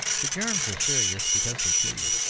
the germs are serious, because they kill you.